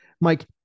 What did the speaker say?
Mike